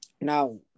now